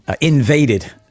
Invaded